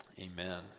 amen